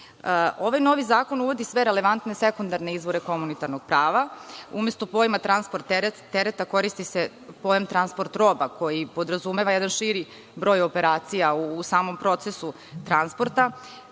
novi zakon uvodi sve relevantne sekundarne izvore komunitarnog prava. Umesto pojma „transport tereta“ koristi se pojam „transport roba“, koji podrazumeva jedan širi broj operacija u samom procesu transporta,